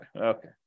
Okay